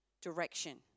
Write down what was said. direction